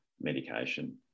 medication